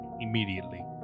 immediately